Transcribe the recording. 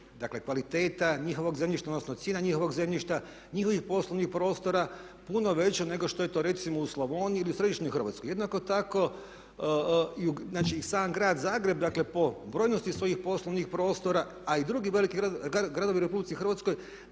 dakle kvaliteta njihovog zemljišta, odnosno cijena njihovog zemljišta, njihovih poslovnih prostora puno veća nego što je to recimo u Slavoniji ili u središnjoj Hrvatskoj. Jednako tako, znači i sam grad Zagreb, dakle po brojnosti svojih poslovnih prostora, a i drugi veliki gradovi u Republici Hrvatskoj